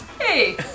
Hey